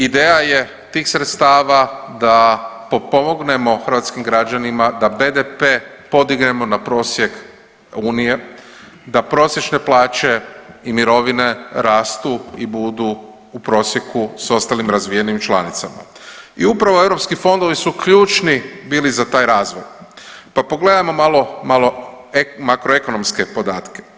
Ideja je tih sredstava da potpomognemo hrvatskih građanima da BDP podignemo na prosjek unije, da prosječne plaće i mirovine rastu i budu u prosjeku s ostalim razvijenim članicama i upravo europski fondovi su ključni bili za taj razvoj, pa pogledajmo malo, malo makroekonomske podatke.